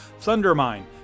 Thundermine